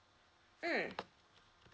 mm